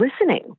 listening